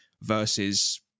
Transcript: versus